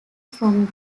from